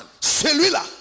Celui-là